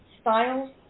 styles